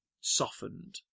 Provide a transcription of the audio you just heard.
softened